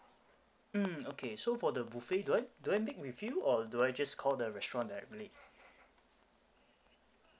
mm okay so for the buffet do I do I make with you or do I just call the restaurant directly